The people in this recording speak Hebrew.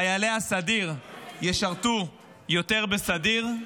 חיילי הסדיר ישרתו יותר בסדיר,